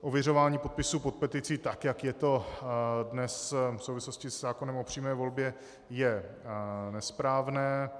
Ověřování podpisů pod petici, tak jak je to dnes v souvislosti se zákonem o přímé volbě, je nesprávné.